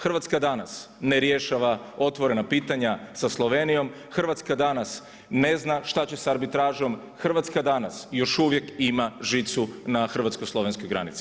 Hrvatska danas ne rješava otvorena pitanja sa Slovenijom, Hrvatska danas ne zna šta će s arbitražom, Hrvatska danas još uvijek ima žicu na hrvatsko-slovenskoj granici.